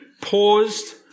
paused